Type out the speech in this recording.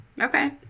Okay